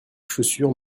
chaussures